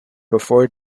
before